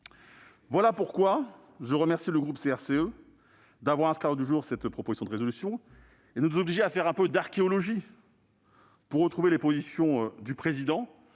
Voilà pourquoi je remercie le groupe CRCE d'avoir inscrit à l'ordre du jour cette proposition de résolution et de nous obliger à faire un peu d'archéologie, afin de retrouver les positions, sur le